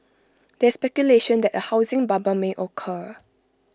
there is speculation that A housing bubble may occur